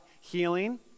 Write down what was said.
Healing